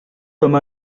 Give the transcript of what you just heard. comme